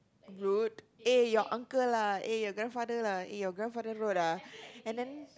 rude eh your uncle ah your grandfather lah eh your grandfather road lah and then